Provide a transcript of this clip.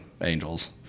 angels